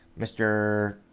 Mr